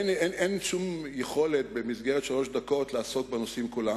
אין שום יכולת במסגרת שלוש דקות לעסוק בנושאים כולם,